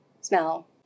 smell